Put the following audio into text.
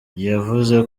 yavuze